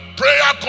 prayer